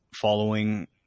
following